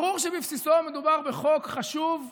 ברור שבבסיסו מדובר בחוק חשוב.